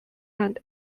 and